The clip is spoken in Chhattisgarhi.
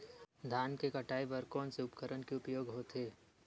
धान के कटाई बर कोन से उपकरण के उपयोग होथे?